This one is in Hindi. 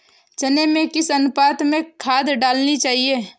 चने में किस अनुपात में खाद डालनी चाहिए?